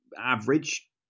Average